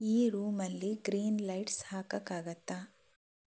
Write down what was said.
ಈ ರೂಮಲ್ಲಿ green lights ಹಾಕೋಕ್ಕಾಗತ್ತಾ